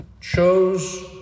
chose